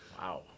Wow